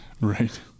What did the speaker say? Right